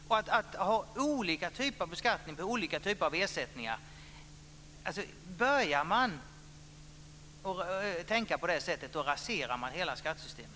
Börjar man tänka på det sättet - att ha olika typer av beskattning för olika typer av ersättning - raseras hela skattesystemet.